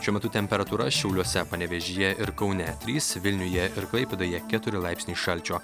šiuo metu temperatūra šiauliuose panevėžyje ir kaune trys vilniuje ir klaipėdoje keturi laipsniai šalčio